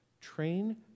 Train